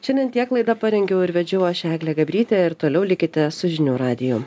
šiandien tiek laidą parengiau ir vedžiau aš eglė gabrytė ir toliau likite su žinių radiju